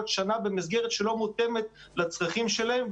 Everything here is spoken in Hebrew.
שנה במסגרת שאינה מותאמת לצרכים שלהם.